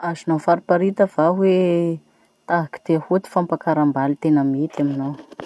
Azonao fariparita va hoe tahaky ty ahoa ty fampakaram-baly tena mety aminao?